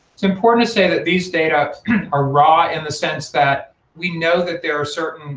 it's important to say that these data are raw in the sense that we know that there are certain